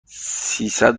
سیصد